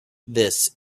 this